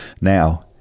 Now